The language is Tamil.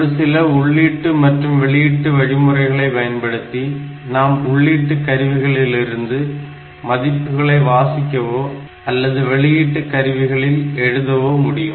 ஒருசில உள்ளீட்டு மற்றும் வெளியீட்டு வழிமுறைகளை பயன்படுத்தி நாம் உள்ளீட்டு சாதனங்களிலிருந்து மதிப்புகளை வாசிக்கவோ அல்லது வெளியீட்டு கருவிகளில் எழுதவோ முடியும்